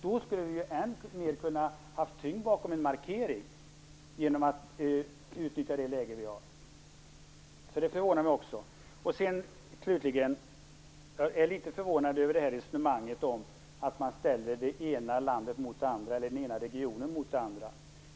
Då skulle vi ju kunna få ännu mer tyngd bakom en markering genom att utnyttja det läge vi har. Jag är litet förvånad över resonemanget om att man ställer det ena landet mot det andra, eller den ena regionen mot den andra.